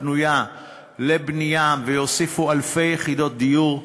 פנויה לבנייה ויוסיפו אלפי יחידות דיור.